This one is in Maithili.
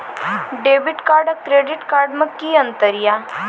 डेबिट कार्ड और क्रेडिट कार्ड मे कि अंतर या?